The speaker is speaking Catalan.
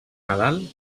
nadal